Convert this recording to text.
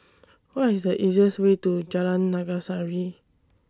What IS The easiest Way to Jalan Naga Sari